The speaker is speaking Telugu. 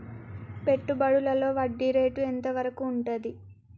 పెట్టుబడులలో వడ్డీ రేటు ఎంత వరకు ఉంటది?